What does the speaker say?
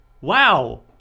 Wow